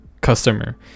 customer